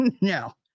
no